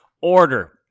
order